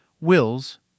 wills